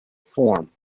form